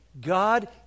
God